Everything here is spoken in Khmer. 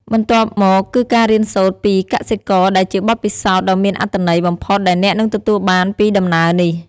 បន្ទាប់មកគឺការរៀនសូត្រពីកសិករដែលជាបទពិសោធន៍ដ៏មានអត្ថន័យបំផុតដែលអ្នកនឹងទទួលបានពីដំណើរនេះ។